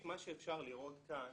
ראשית, אפשר לראות כאן